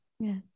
Yes